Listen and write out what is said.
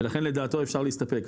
ולכן לדעתו אפשר להסתפק.